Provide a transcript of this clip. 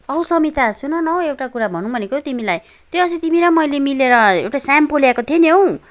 औ समिता सुनन हौ एउटा कुरा भनूँ भनेको तिमीलाई त्यो अस्ति तिमी र मैले मिलेर एउटा स्याम्पू लिएको थियो नि हौ